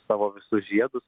savo visus žiedus